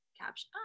caption